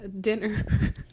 dinner